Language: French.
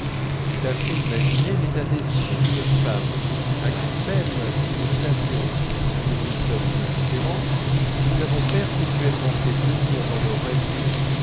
tout à fait imaginer l'état d'esprit d'une femme à qui même si nous savions que nous lui sommes indifférents nous avons perpétuellement fait tenir dans nos rêveries